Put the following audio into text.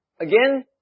again